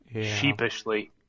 Sheepishly